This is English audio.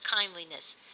kindliness